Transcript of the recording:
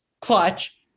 clutch